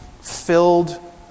filled